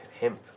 hemp